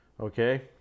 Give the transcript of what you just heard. okay